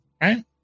right